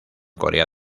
corea